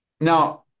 now